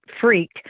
freak